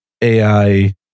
AI